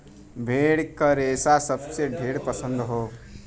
भेड़ क रेसा सबके ढेर पसंद हौ